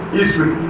History